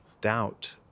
doubt